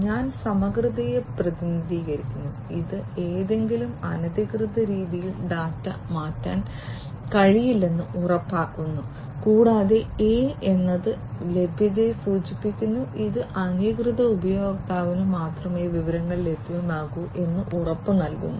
ഞാൻ സമഗ്രതയെ പ്രതിനിധീകരിക്കുന്നു ഇത് ഏതെങ്കിലും അനധികൃത രീതിയിൽ ഡാറ്റ മാറ്റാൻ കഴിയില്ലെന്ന് ഉറപ്പാക്കുന്നു കൂടാതെ A എന്നത് ലഭ്യതയെ സൂചിപ്പിക്കുന്നു ഇത് അംഗീകൃത ഉപയോക്താവിന് മാത്രമേ വിവരങ്ങൾ ലഭ്യമാകൂ എന്ന് ഉറപ്പ് നൽകുന്നു